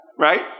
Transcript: Right